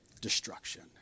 destruction